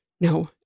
No